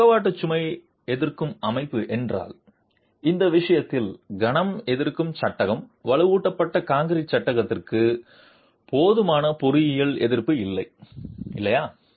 பக்கவாட்டு சுமை எதிர்க்கும் அமைப்பு என்றால் இந்த விஷயத்தில் கணம் எதிர்க்கும் சட்டகம் வலுவூட்டப்பட்ட கான்கிரீட் சட்டகத்திற்கு போதுமான பொறியியல் எதிர்ப்பு இல்லை இல்லையா